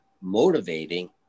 motivating